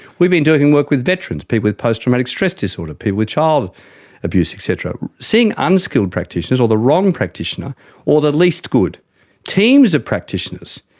we've been doing work with veterans, people with post-traumatic stress disorder, people with child abuse et cetera, seeing unskilled practitioners or the wrong practitioner or the least good teams of practitioners,